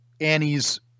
annie's